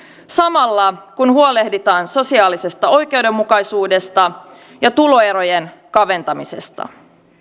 samalla kun huolehditaan sosiaalisesta oikeudenmukaisuudesta ja tuloerojen kaventamisesta